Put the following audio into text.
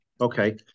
Okay